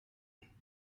beenden